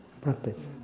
practice